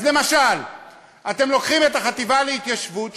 אז למשל אתם לוקחים את החטיבה להתיישבות,